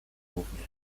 gównie